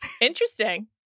Interesting